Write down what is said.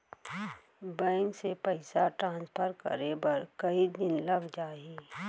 Bank से पइसा transfer करे बर कई दिन लग जाही?